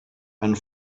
and